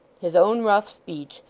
his own rough speech,